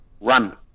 run